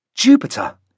Jupiter